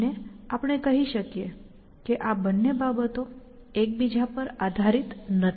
અને આપણે કહી શકીએ કે આ બંને બાબતો એકબીજા પર આધારિત નથી